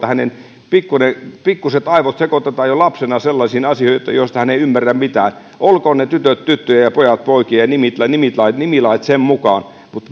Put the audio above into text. että hänen pikkuset aivonsa sekoitetaan jo lapsena sellaisiin asioihin joista hän ei ymmärrä mitään olkoot ne tytöt tyttöjä ja pojat poikia ja nimilait nimilait sen mukaan mutta